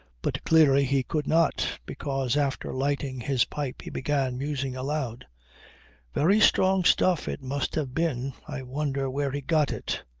but clearly he could not, because after lighting his pipe he began musing aloud very strong stuff it must have been. i wonder where he got it.